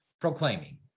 proclaiming